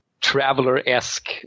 traveler-esque